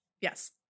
Yes